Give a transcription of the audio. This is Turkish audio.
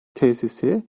tesisi